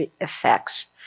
effects